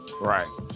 Right